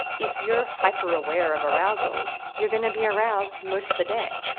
if you're hyperaware of arousal, you're gonna be aroused most the day,